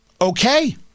okay